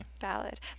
valid